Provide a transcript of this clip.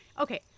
Okay